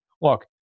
Look